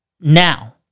now